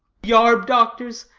yarb-doctors?